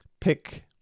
pick